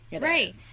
Right